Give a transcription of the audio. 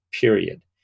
period